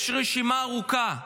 יש רשימה ארוכה.